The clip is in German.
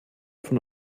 von